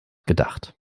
gedacht